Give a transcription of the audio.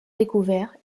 découverts